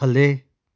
ਥੱਲੇ